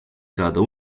saada